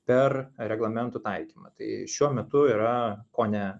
per reglamentų taikymą tai šiuo metu yra kone